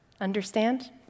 Understand